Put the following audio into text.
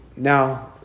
Now